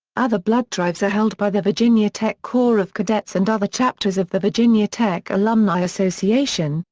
other blood drives are held by the virginia tech corps of cadets and other chapters of the virginia tech alumni association,